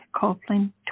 Copeland